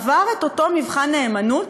עבר את אותו מבחן נאמנות?